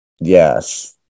Yes